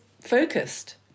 focused